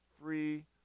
free